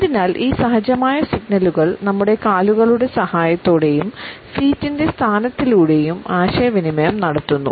അതിനാൽ ഈ സഹജമായ സിഗ്നലുകൾ നമ്മുടെ കാലുകളുടെ സഹായത്തോടെയും ഫീറ്റിൻറെ സ്ഥാനത്തിലൂടെയും ആശയവിനിമയം നടത്തുന്നു